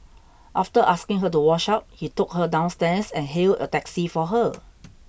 after asking her to wash up he took her downstairs and hailed a taxi for her